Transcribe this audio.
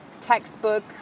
textbook